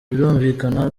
birumvikana